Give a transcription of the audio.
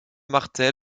martel